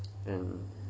and